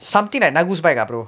something like nagu's bike ah brother